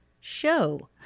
show